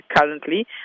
currently